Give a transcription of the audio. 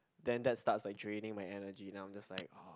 then that starts like draining my energy then I'm just like